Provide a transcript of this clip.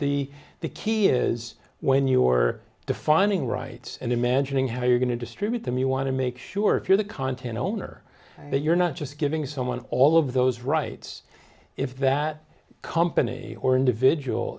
the the key is when you're defining right and imagining how you're going to distribute them you want to make sure if you're the content owner that you're not just giving someone all of those rights if that company or individual